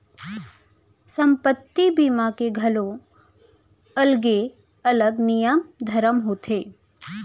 संपत्ति बीमा के घलौ अलगे अलग नियम धरम होथे